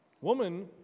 Woman